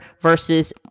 versus